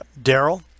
daryl